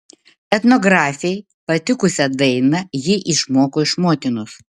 etnografei patikusią dainą ji išmoko iš motinos